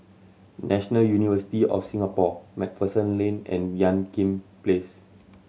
National University of Singapore Macpherson Lane and Ean Kiam Place